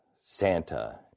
Santa